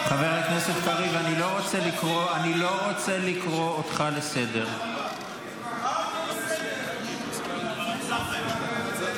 אבל את בני המשפחות שלהם עוצרים בעלייה.